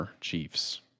Chiefs